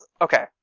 okay